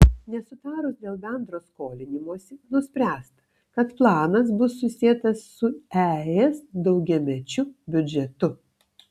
nesutarus dėl bendro skolinimosi nuspręsta kad planas bus susietas su es daugiamečiu biudžetu